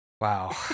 Wow